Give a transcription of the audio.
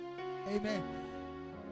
Amen